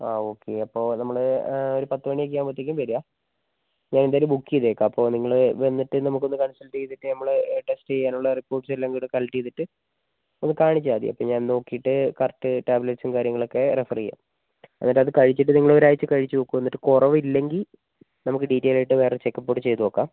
ആ ഓക്കേ അപ്പോൾ നമ്മൾ ഒരു പത്ത് മണിയൊക്കെ ആകുമ്പോഴ്ത്തെക്കും വരുമോ ഞാന് എന്തായാലും ബുക്ക് ചെയ്തേക്കാം അപ്പോൾ നിങ്ങൾ വന്നിട്ട് നമുക്കൊന്ന് കണ്സള്ട്ട് ചെയ്തിട്ട് നമ്മളെ ടെസ്റ്റ് ചെയ്യാനുള്ള റിപ്പോര്ട്ട്സെല്ലാം കൂടെ കലക്റ്റ് ചെയ്തിട്ട് ഒന്ന് കാണിച്ചാൽ മതി അപ്പോൾ ഞാന് നോക്കീട്ട് കറക്റ്റ് ടാബ്ലെറ്റ്സും കാര്യങ്ങളൊക്കെ റഫര് ചെയ്യാം എന്നിട്ട് അത് കഴിച്ചിട്ട് നിങ്ങള് ഒരാഴ്ച്ച കഴിച്ച് നോക്കൂ എന്നിട്ട് കുറവ് ഇല്ലെങ്കിൽ നമുക്ക് ഡീറ്റൈൽ ആയിട്ട് വേറെ ചെക്ക് അപ്പ് ഒക്കേ ചെയ്തുനോക്കാം